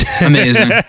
Amazing